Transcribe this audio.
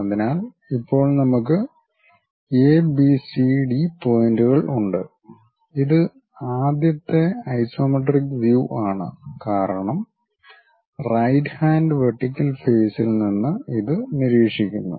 അതിനാൽ ഇപ്പോൾ നമുക്ക് എബിസിഡി പോയിന്റുകൾ ഉണ്ട് ഇത് ആദ്യത്തെ ഐസോമെട്രിക് വ്യൂ ആണ് കാരണം റൈറ്റ് ഹാൻഡ് വെർട്ടിക്കൽ ഫേസിൽ നിന്ന് ഇത് നിരീക്ഷിക്കുന്നു